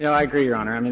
i agree, your honor. um and